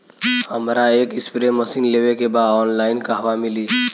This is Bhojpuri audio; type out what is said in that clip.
हमरा एक स्प्रे मशीन लेवे के बा ऑनलाइन कहवा मिली?